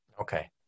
Okay